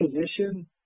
position